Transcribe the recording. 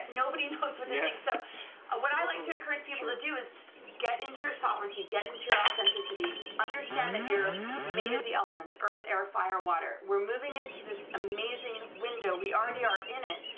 nobody knows what they think, so ah what i like to encourage people to do is get into your sovereignty, get into your authenticity, understand that you're made of the elements, earth, air, fire, water, we're moving into this amazing window we already are in it,